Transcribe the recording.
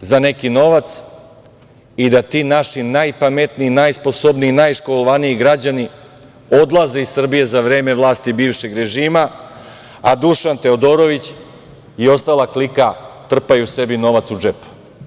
za neki novac i da ti naši najpametniji, najsposobniji i najškolovaniji građani odlaze iz Srbije za vreme vlasti bivšeg režima, a Dušan Teodorović i ostala klika trpaju sebi novac u džep.